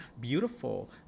beautiful